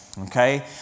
Okay